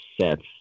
sets